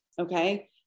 Okay